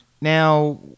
Now